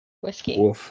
Whiskey